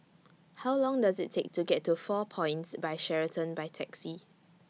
How Long Does IT Take to get to four Points By Sheraton By Taxi